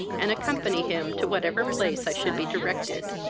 and accompany him to whatever place i should be directed.